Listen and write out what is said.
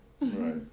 Right